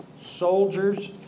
soldiers